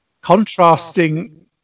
contrasting